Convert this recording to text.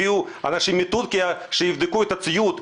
הביאו אנשים מטורקיה שיבדקו את הציוד,